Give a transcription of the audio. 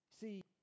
See